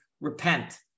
repent